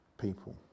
people